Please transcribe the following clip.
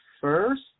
first